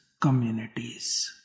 communities